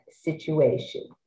situation